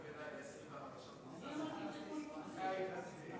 ולאחר שהוסרו ההסתייגויות לאחר סעיף 1,